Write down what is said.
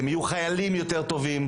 הם יהיו חיילים יותר טובים.